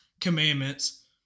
commandments